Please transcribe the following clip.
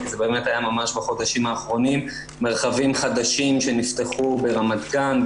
כי זה באמת היה ממש בחודשים האחרונים מרחבים חדשים שנפתחו ברמת גן,